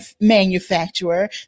manufacturer